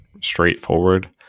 straightforward